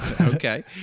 Okay